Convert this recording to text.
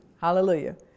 Hallelujah